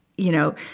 you know,